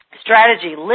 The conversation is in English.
Strategy